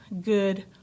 good